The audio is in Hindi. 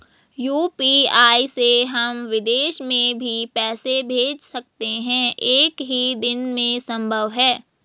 यु.पी.आई से हम विदेश में भी पैसे भेज सकते हैं एक ही दिन में संभव है?